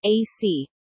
AC